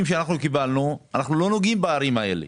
שאנחנו קיבלנו אנחנו לא נוגעים בערים האלה,